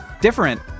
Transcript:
different